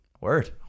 Word